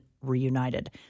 reunited